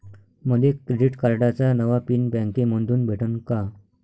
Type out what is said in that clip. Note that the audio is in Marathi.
मले क्रेडिट कार्डाचा नवा पिन बँकेमंधून भेटन का?